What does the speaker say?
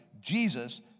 Jesus